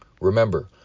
Remember